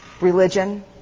Religion